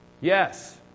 Yes